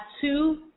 two